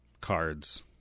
cards